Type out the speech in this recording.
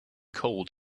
cold